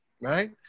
right